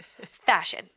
fashion